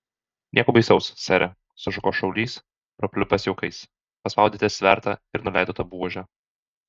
nieko baisaus sere sušuko šaulys prapliupęs juokais paspaudėte svertą ir nuleidote buožę